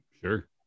Sure